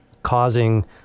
causing